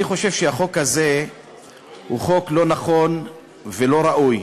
אני חושב שהחוק הזה הוא חוק לא נכון ולא ראוי.